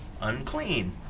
unclean